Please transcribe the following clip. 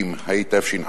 60), קריאה ראשונה.